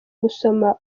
gusoma